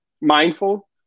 mindful